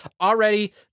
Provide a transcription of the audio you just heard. already